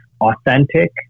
authentic